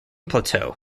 plateau